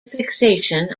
fixation